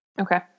Okay